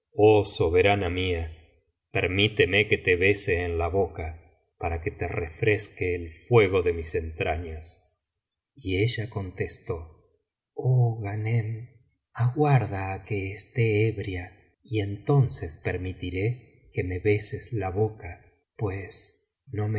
soberana mía permíteme que te bese en la boca para que refresque el fuego ele mis entrañas y ella contestó oh ghanem aguarda á que esté sbria y entonces permitiré que me beses la boca pues no